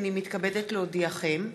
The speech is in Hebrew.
הנני מתכבדת להודיעכם,